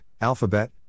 Alphabet